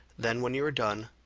then, when you are done,